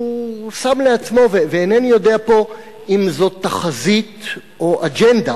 הוא שם לעצמו ואינני יודע פה אם זו תחזית או אג'נדה,